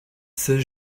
c’est